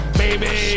baby